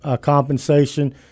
compensation